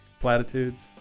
platitudes